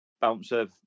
bouncer